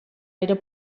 era